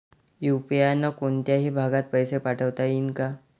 UPI न कोनच्याही भागात पैसे पाठवता येईन का?